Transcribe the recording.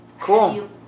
Cool